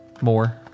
More